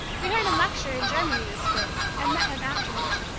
we heard him lecture in germany this spring, and met him afterwards.